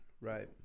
right